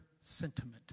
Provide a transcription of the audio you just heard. sentiment